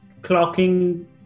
clocking